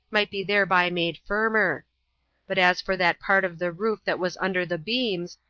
might be thereby made firmer but as for that part of the roof that was under the beams,